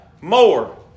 more